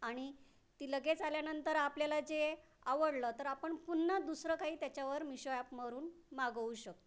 आणि ती लगेच आल्यानंतर आपल्याला जे आवडलं तर आपण पुन्हा दुसरं काही त्याच्यावर मिषो ॲपवरून मागवू शकतो